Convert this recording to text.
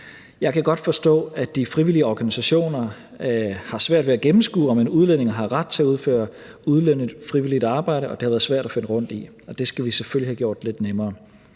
Jeg kan godt forstå, at de frivillige organisationer har svært ved at gennemskue, om en udlænding har ret til at udføre ulønnet frivilligt arbejde, og det har været svært at finde rundt i det. Det skal vi selvfølgelig have gjort lidt nemmere.